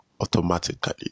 automatically